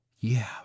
Yeah